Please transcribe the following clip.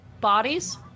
Bodies